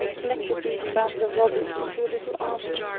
collected these bands of robbers into a little army,